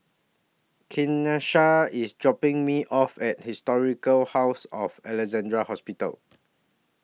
Kanisha IS dropping Me off At Historic House of Alexandra Hospital